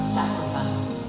sacrifice